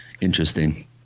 interesting